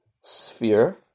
sphere